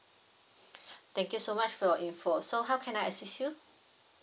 thank you so much for your info so how can I assist you